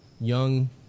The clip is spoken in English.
young